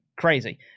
crazy